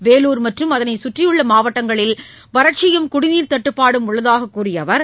வேலூர் மற்றும் அதன் சுற்றியுள்ள மாவட்டங்களில் வறட்சியும் குடிநீர் தட்டுப்படும் உள்ளதாக கூறிய அவர்